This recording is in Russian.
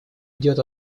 идет